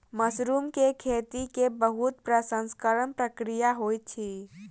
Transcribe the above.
mushroom के खेती के बहुत प्रसंस्करण प्रक्रिया होइत अछि